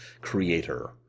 creator